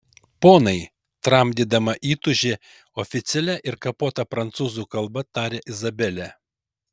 ponai tramdydama įtūžį oficialia ir kapota prancūzų kalba tarė izabelė